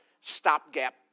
stopgap